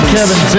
Kevin